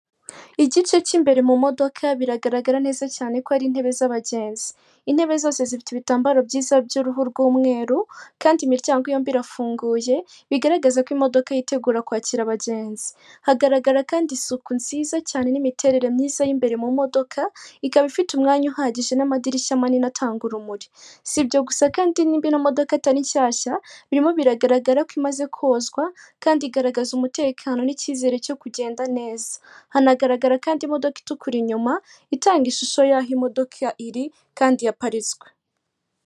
Igice cy'imbere mu modoka biragaragara neza cyane ko ari intebe z'abagenzi, intebe zose zifite ibitambaro byiza by'uruhu rw'umweru kandi imiryango yombi irafunguye bigaragaza ko imodoka yitegura kwakira abagenzi, hagaragara kandi isuku nziza cyane n'imiterere myiza y'imbere mu modoka ikaba ifite umwanya uhagije n'amadirishya manini atanga urumuri si ibyo gusa kandi n'immbi n'modoka atariri nshyashya birimo biragaragara ko imaze kozwa kandi igaragaza umutekano n'icyizere cyo kugenda neza hanagaragara kandi imodoka itukura inyuma itanga ishusho y'aho imodoka ya iri kandi yaparitswe